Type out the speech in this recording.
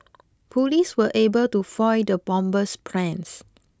police were able to foil the bomber's plans